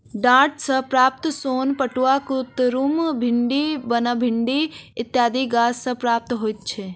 डांट सॅ प्राप्त सोन पटुआ, कुतरुम, भिंडी, बनभिंडी इत्यादि गाछ सॅ प्राप्त होइत छै